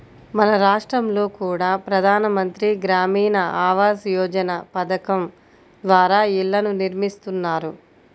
మన రాష్టంలో కూడా ప్రధాన మంత్రి గ్రామీణ ఆవాస్ యోజన పథకం ద్వారా ఇళ్ళను నిర్మిస్తున్నారు